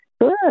good